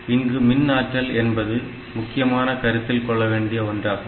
இங்கு மின் ஆற்றல் என்பது முக்கியமாக கருத்தில் கொள்ளவேண்டிய ஒன்றாகும்